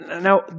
Now